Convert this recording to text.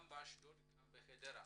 גם באשדוד וגם בחדרה.